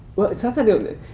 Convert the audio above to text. well, it's not that